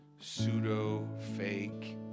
pseudo-fake